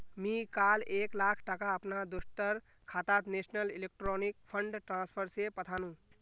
मी काल एक लाख टका अपना दोस्टर खातात नेशनल इलेक्ट्रॉनिक फण्ड ट्रान्सफर से पथानु